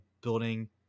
building